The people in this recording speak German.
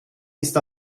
ist